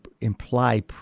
imply